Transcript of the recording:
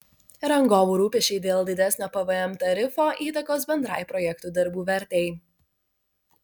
rangovų rūpesčiai dėl didesnio pvm tarifo įtakos bendrai projektų darbų vertei